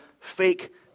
fake